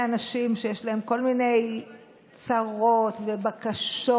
אנשים שיש להם כל מיני צרות ובקשות,